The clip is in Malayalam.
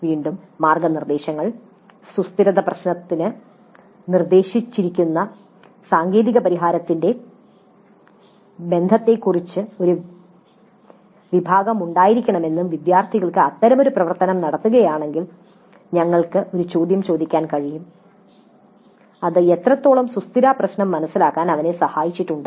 " വീണ്ടും മാർഗ്ഗനിർദ്ദേശങ്ങൾ സുസ്ഥിരത പ്രശ്നത്തിന് നിർദ്ദേശിച്ചിരിക്കുന്ന സാങ്കേതിക പരിഹാരത്തിന്റെ ബന്ധത്തെക്കുറിച്ച് ഒരു വിഭാഗം ഉണ്ടായിരിക്കണമെന്നും വിദ്യാർത്ഥികൾ അത്തരമൊരു പ്രവർത്തനം നടത്തുകയാണെങ്കിൽ ഞങ്ങൾക്ക് ഒരു ചോദ്യം ചോദിക്കാൻ കഴിയും അത് എത്രത്തോളം സുസ്ഥിരതാ പ്രശ്നം മനസിലാക്കാൻ അവരെ സഹായിച്ചിട്ടുണ്ട്